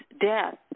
death